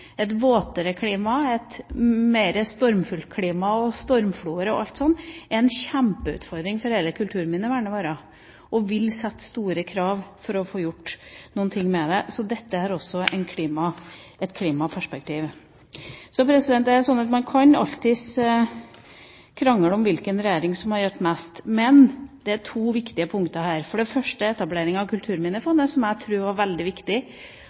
Et våtere klima, et mer stormfullt klima, stormfloer og alt sånt er en kjempeutfordring for hele kulturminnevernet vårt, og det vil kreve mye å få gjort noe med det. Så dette har også et klimaperspektiv. Så er det sånn at man alltids kan krangle om hvilken regjering som har gjort mest. Men det er to viktige punkter her, for det første etableringa av Kulturminnefondet, som jeg tror var veldig viktig